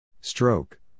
Stroke